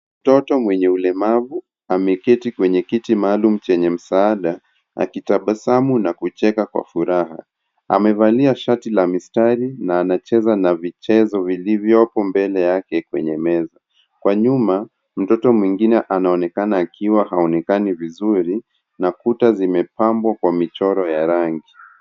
Mtoto mwenye ulemavu ameketi kwenye kiti maalum chenye msaada akitabasamu na kucheka kwa furaha. Amevalia shati la mistari na anacheza na vichezo vilivyopo mbele yake kwenye meza. Kwa nyuma, mtoto mwingine anaonekana akiwa haonekani vizuri na kuta zimepambwa kwa michoro ya rangi.